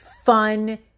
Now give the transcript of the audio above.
fun